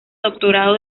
doctorado